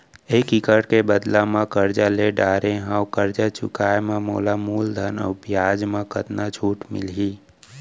एक एक्कड़ के बदला म करजा ले डारे हव, करजा चुकाए म मोला मूलधन अऊ बियाज म कतका छूट मिलही?